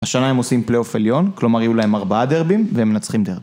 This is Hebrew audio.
השנה הם עושים פלייאוף עליון, כלומר יהיו להם 4 דרבים, והם מנצחים דרבים.